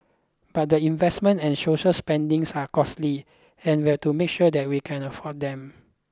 but the investments and social spendings are costly and we have to make sure that we can afford them